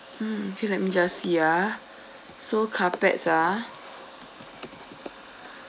mm okay let me just see uh so carpets uh